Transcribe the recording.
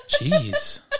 Jeez